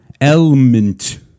Element